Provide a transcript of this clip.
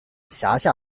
辖下